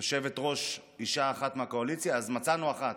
יושבת-ראש אישה אחת מהקואליציה, אז מצאנו אחת.